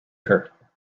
her